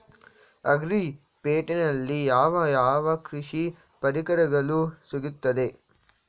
Agri ಪೇಟೆನಲ್ಲಿ ಯಾವ ಯಾವ ಕೃಷಿ ಪರಿಕರಗಳು ಸಿಗುತ್ತವೆ?